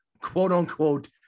quote-unquote